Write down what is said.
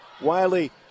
Wiley